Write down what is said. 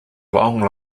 long